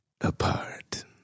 apart